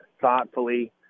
thoughtfully